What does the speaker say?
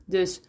Dus